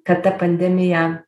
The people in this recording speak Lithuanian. kad ta pandemija